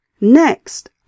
Next